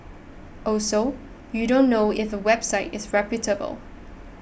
also you don't know if a website is reputable